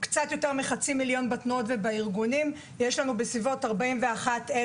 קצת יותר מחצי מיליון בתנועות ובארגונים בסביבות 41,000